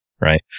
Right